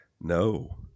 No